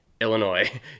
Illinois